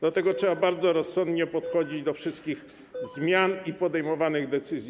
Dlatego trzeba bardzo rozsądnie podchodzić do wszystkich zmian i podejmowanych decyzji.